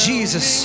Jesus